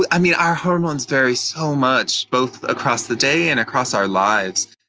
ah um you know our hormones vary so much, both across the day and across our lives.